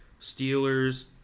Steelers